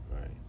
right